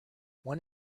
one